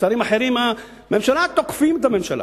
שרים אחרים בממשלה תוקפים את הממשלה.